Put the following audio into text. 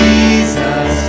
Jesus